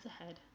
ahead